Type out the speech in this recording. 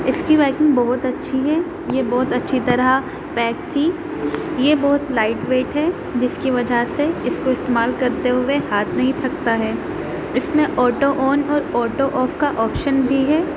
اِس کی وائکنگ بہت اچھی ہے یہ بہت اچھی طرح پیک تھی یہ بہت لائٹ ویٹ ہے جس کی وجہ سے اِس کو استعمال کرتے ہوئے ہاتھ نہیں تھکتا ہے اِس میں آٹو آن اور آٹو آف کا آپشن بھی ہے